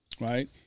right